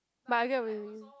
but I get what you mean